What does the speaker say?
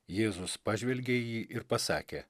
jėzus pažvelgė į jį ir pasakė